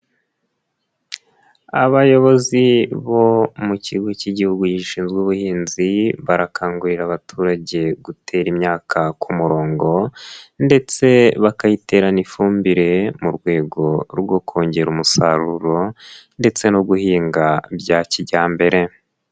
Abayobozi bo mu kigo cy'Igihugu gishinzwe ubuhinzi, barakangurira abaturage gutera imyaka ku murongo ndetse bakayiterana ifumbire, mu rwego rwo kongera umusaruro ndetse no guhinga bya kijyambere.